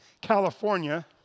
California